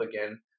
again